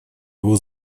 его